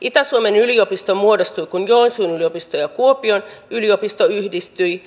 itä suomen yliopisto muodostui kun joensuun yliopisto ja kuopion yliopisto yhdistyivät